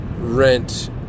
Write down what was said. rent